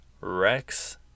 Rex